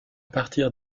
partir